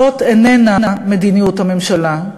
זאת איננה מדיניות הממשלה,